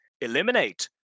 Eliminate